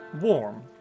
warm